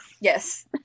yes